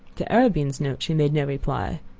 to arobin's note she made no reply.